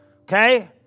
Okay